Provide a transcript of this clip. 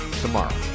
tomorrow